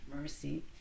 Mercy